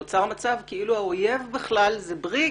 נוצר מצב כאילו האויב בכלל זה בריק